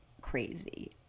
crazy